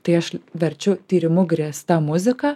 tai aš verčiu tyrimu grįsta muzika